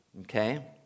Okay